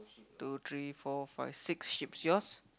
two three four five six sheep's yours